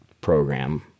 program